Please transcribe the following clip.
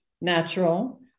natural